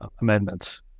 amendments